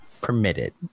permitted